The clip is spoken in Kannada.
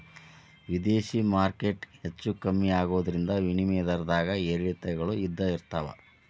ವಿದೇಶಿ ಮಾರ್ಕೆಟ್ ಹೆಚ್ಚೂ ಕಮ್ಮಿ ಆಗೋದ್ರಿಂದ ವಿನಿಮಯ ದರದ್ದಾಗ ಏರಿಳಿತಗಳು ಇದ್ದ ಇರ್ತಾವ